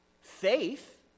Faith